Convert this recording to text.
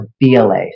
BLA